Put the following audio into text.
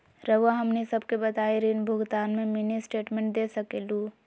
रहुआ हमनी सबके बताइं ऋण भुगतान में मिनी स्टेटमेंट दे सकेलू?